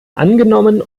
angenommen